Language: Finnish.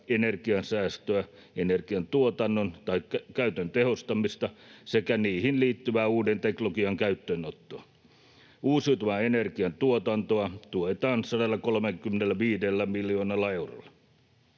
ener-gian säästöä, energian tuotannon tai käytön tehostamista sekä niihin liittyvää uuden teknologian käyttöönottoa. Uusiutuvan energian tuotantoa tuetaan 135 miljoonalla eurolla.